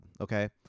okay